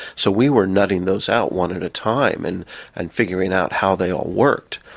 so we were nutting those out one at a time and and figuring out how they all worked.